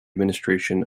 administration